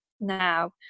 now